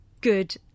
good